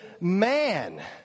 man